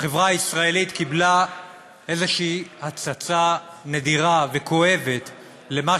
החברה הישראלית קיבלה הצצה נדירה וכואבת למה